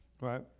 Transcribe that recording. right